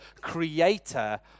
creator